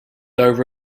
over